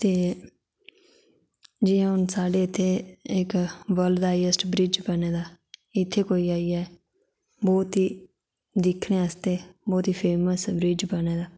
ते जि'यां हून साढ़े इत्थै वर्ल्ड दा इक्क हाईेस्ट ब्रिज बने दा इत्थै कोई आई जाए बहुत ई दिक्खने आस्तै ब्रिज बने दा